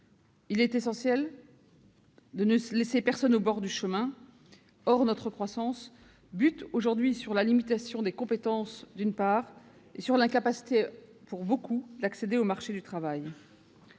Il est essentiel de ne laisser personne au bord du chemin. Or notre croissance bute aujourd'hui sur la limitation des compétences et sur l'incapacité pour beaucoup d'accéder au marché du travail.